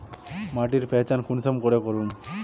माटिर पहचान कुंसम करे करूम?